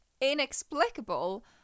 inexplicable